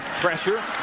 pressure